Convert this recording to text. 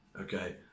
Okay